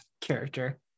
character